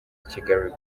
kigali